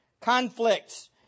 conflicts